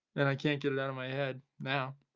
and i can't get it out of my head, now.